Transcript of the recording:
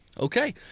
Okay